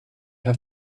have